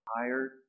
tired